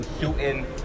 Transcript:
shooting